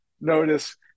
notice